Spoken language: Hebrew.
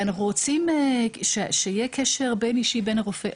אנחנו רוצים שיהיה קשר אישי בין הרופא למטופלת.